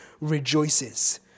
rejoices